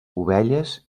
ovelles